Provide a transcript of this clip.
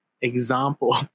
example